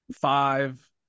Five